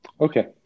okay